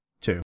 two